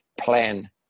plan